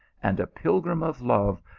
and, a pilgrim of love,